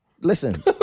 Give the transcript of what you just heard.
Listen